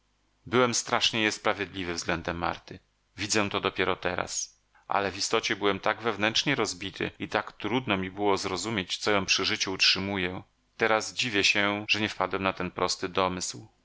byłem strasznie niesprawiedliwy względem marty widzę to dopiero teraz ale w istocie byłem tak wewnętrznie rozbity i tak trudno mi było zrozumieć co ją przy życiu utrzymuje teraz dziwię się że nie wpadłem na ten prosty domysł